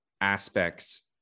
aspects